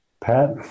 Pat